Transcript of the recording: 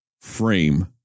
frame